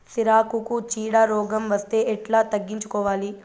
సిరాకుకు చీడ రోగం వస్తే ఎట్లా తగ్గించుకోవాలి?